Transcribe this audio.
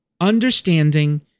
understanding